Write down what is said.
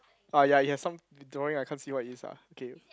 ah ya he has some drawing ah I can't see what it is ah okay